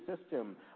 system